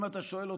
אם אתה שואל אותי,